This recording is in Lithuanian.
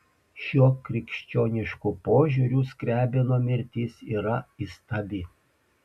šiuo krikščionišku požiūriu skriabino mirtis yra įstabi